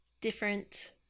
different